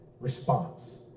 response